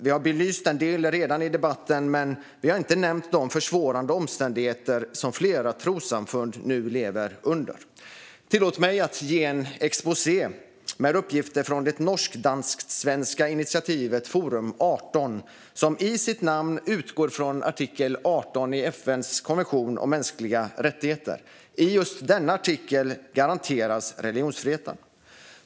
Vi har redan belyst en del i den här debatten, men vi har inte nämnt de försvårande omständigheter som flera trossamfund nu lever under. Tillåt mig att ge en exposé med uppgifter från det norsk-dansk-svenska initiativet Forum 18, som i sitt namn utgår från artikel 18 i FN:s konvention om mänskliga rättigheter. I just denna artikel garanteras religionsfriheten.